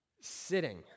sitting